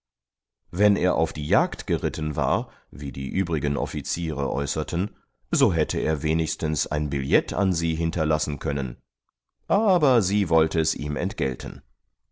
wenn er auf die jagd geritten war wie die übrigen offiziere äußerten so hätte er wenigstens ein billett an sie hinterlassen können aber sie wollte es ihm entgelten